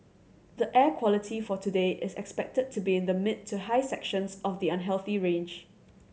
the air quality for today is expected to be in the mid to high sections of the unhealthy range